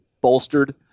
bolstered